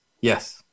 yes